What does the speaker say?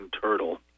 turtle